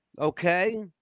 Okay